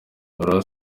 ibaruwa